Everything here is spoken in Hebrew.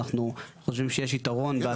ואנחנו חושבים שיש יתרון בהצעה הממשלתית.